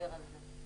להצטער על זה.